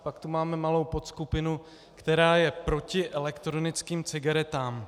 Pak tu máme malou podskupinu, která je proti elektronickým cigaretám.